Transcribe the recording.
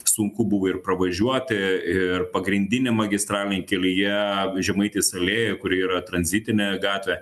sunku buvo ir pravažiuoti ir pagrindiniam magistraliny kelyje žemaitės alėjoj kuri yra tranzitinė gatvė